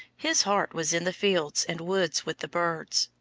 his heart was in the fields and woods with the birds.